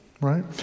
right